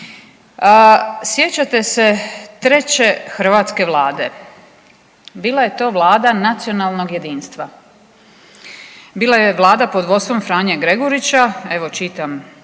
Sjećate se 3. hrvatske Vlade. Bila je to Vlada nacionalnog jedinstva. Bila je Vlada pod vodstvom Franje Gregurića, evo čitam